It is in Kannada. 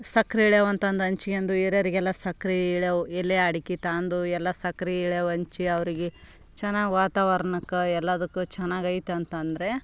ಸಕ್ಕರೆ ಇಳೆವು ಅಂತ ಅಂದು ಹಂಚ್ಕೆಂಡು ಹಿರಿಯರ್ಗೆಲ್ಲ ಸಕ್ಕರೆ ಇಳೆವು ಎಲೆ ಅಡಕೆ ತಂದು ಎಲ್ಲ ಸಕ್ರೆ ಇಳೆವು ಹಂಚಿ ಅವರಿಗೆ ಚೆನ್ನಾಗ್ ವಾತಾವರ್ಣಕ್ಕ ಎಲ್ಲದಕ್ಕೂ ಚೆನ್ನಾಗ್ ಐತೆ ಅಂತಂದರೆ